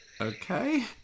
okay